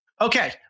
Okay